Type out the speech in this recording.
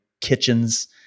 kitchens